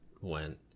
went